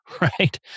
right